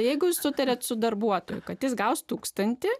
jeigu jūs sutariate su darbuotoju kad jis gaus tūkstantį